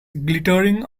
glittering